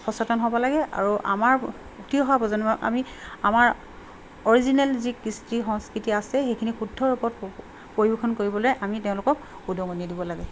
সচেতন হ'ব লাগে আৰু আমাৰ উঠি অহা প্ৰজন্মক আমি আমাৰ অৰিজিনেল যি কৃষ্টি সংস্কৃতি আছে সেইখিনি শুদ্ধ ৰূপত পৰিৱেশণ কৰিবলৈ আমি তেওঁলোকক উদঙনি দিব লাগে